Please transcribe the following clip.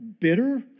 bitter